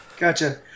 Gotcha